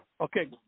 Okay